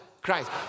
Christ